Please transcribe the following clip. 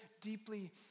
deeply